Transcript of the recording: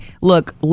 look